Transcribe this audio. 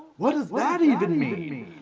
what does that even mean?